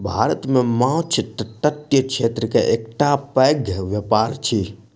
भारत मे माँछ तटीय क्षेत्र के एकटा पैघ व्यापार अछि